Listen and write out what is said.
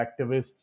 activists